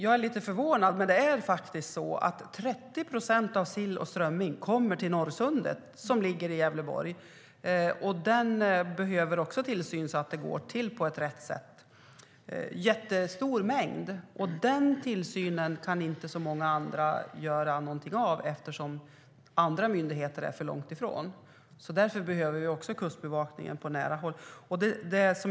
Jag är lite förvånad, men 30 procent av all sill och strömming kommer till Norrsundet, som ligger i Gävleborg. Där behövs också tillsyn för att det ska gå till på ett rätt sätt. Det är en jättestor mängd, och den tillsynen kan inte så många andra sköta eftersom andra myndigheter ligger för långt ifrån. Därför behövs det också en kustbevakning på nära håll.